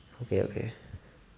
okay okay